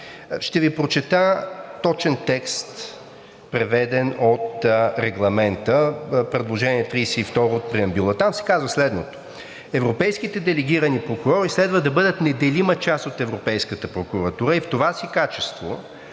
Ще Ви прочета точен текст, преведен от Регламента, предложение 32 от преамбюла. Там се казва следното: „Европейските делегирани прокурори следва да бъдат неделима част от Европейската прокуратура и в това си качество